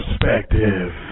perspective